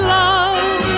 love